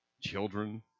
Children